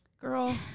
girl